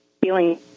feeling